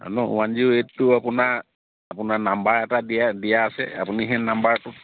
ন' one zero eight টো আপোনাৰ আপোনাৰ নাম্বাৰ এটা দিয়া দিয়া আছে আপুনি সেই নাম্বাৰটোত